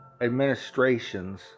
administrations